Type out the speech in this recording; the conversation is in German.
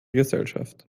gesellschaft